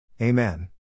Amen